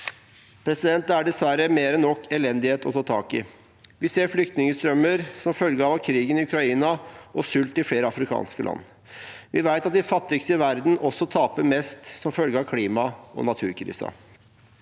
og FN. Det er dessverre mer enn nok elendighet å ta tak i. Vi ser flyktningstrømmer som følge av krigen i Ukraina og sult i flere afrikanske land. Vi vet at de fattigste i verden også taper mest som følge av klima- og naturkrisen.